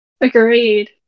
Agreed